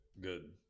good